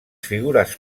figures